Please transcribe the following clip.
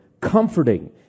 comforting